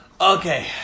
Okay